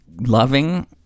loving